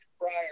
prior